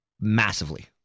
massively